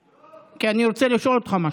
כי אני רוצה לשאול אותך משהו.